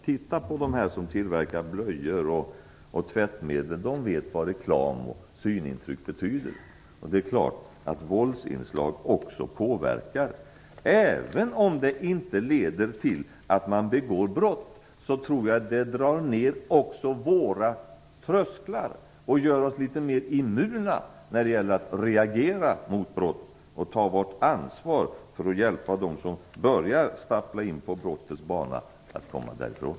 Titta på dem som tillverkar blöjor och tvättmedel. De vet vad reklam och synintryck betyder. Det är klart att våldsinslag också påverkar. Även om det inte leder till att man begår brott tror jag att det drar ner våra trösklar och gör oss litet mer immuna när det gäller att reagera mot brott och ta vårt ansvar för att hjälpa dem som börjar stappla in på brottets bana att komma därifrån.